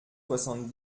soixante